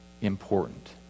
important